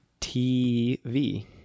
tv